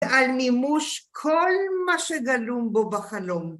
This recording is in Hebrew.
על מימוש כל מה שגלום בו בחלום.